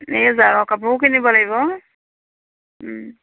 এই জাৰৰ কাপোৰো কিনিব লাগিব